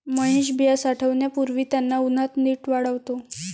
महेश बिया साठवण्यापूर्वी त्यांना उन्हात नीट वाळवतो